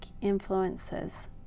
influences